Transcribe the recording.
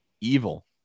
evil